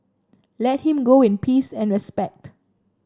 let him go in peace and respect